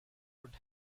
would